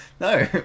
No